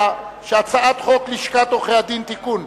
הצעת חוק לשכת עורכי-הדין (תיקון,